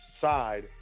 side